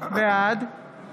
בעד